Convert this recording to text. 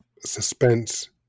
suspense